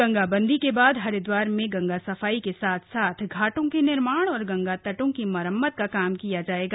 गंगा बंदी के बाद हरिद्वार में गंगा सफाई के साथ साथ घाटों के निर्माण और गंगा तटों की मरम्मत का काम किया जाएगा